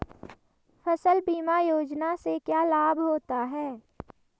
फसल बीमा योजना से क्या लाभ होता है?